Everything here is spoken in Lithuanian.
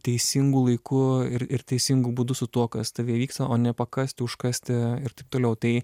teisingu laiku ir ir teisingu būdu su tuo kas tave vyksta o nepakasti užkasti ir taip toliau tai